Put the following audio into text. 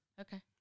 Okay